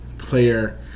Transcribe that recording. player